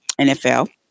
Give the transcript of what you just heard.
NFL